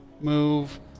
move